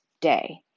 day